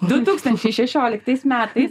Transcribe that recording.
du tūkstančiai šešioliktais metais